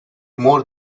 more